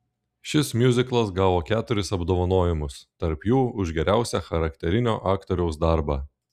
šis miuziklas gavo keturis apdovanojimus tarp jų už geriausią charakterinio aktoriaus darbą